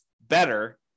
better